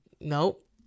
Nope